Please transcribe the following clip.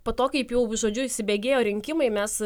po to kaip jau žodžiu įsibėgėjo rinkimai mes